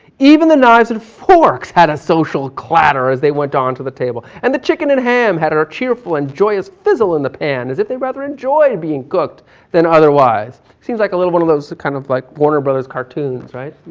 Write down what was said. even the knives and forks had a social clatter as they went on to the table and the chicken and ham had a cheerful and joyous fizzle in the pan, as if they rather enjoyed being cooked than otherwise. seems like a little one of those kind of like warner brothers cartoons. right?